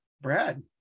Brad